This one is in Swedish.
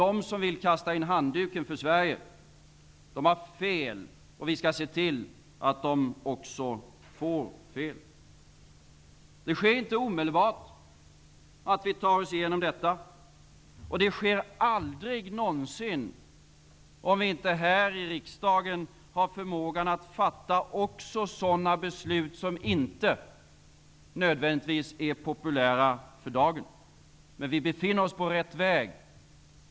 De som vill kasta in handuken för Sverige har fel. Och vi skall också visa att de har fel. Att ta sig igenom detta sker inte omedelbart, och det sker aldrig någonsin om vi inte här i riksdagen har förmågan att fatta också sådana beslut som inte nödvändigtvis är populära för dagen. Men vi befinner oss på rätt väg.